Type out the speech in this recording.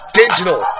digital